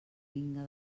vinga